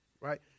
Right